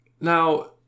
Now